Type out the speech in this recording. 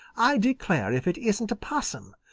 i declare if it isn't a possum!